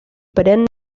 perenne